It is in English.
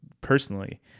personally